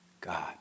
God